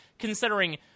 considering